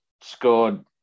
scored